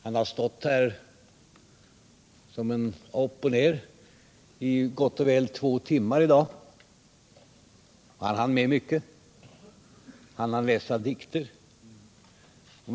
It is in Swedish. Han har stått här upp och ner i gott och väl två timmar i dag, och han hann med mycket. Han hann läsa dikter.